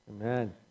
Amen